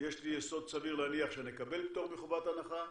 יש לי יסוד סביר להניח שנקבל פטור מחובת הנחה,